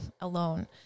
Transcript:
alone